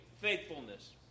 faithfulness